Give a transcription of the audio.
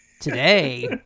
Today